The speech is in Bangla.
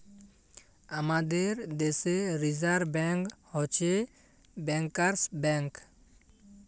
আমাদের দ্যাশে রিসার্ভ ব্যাংক হছে ব্যাংকার্স ব্যাংক